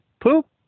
poop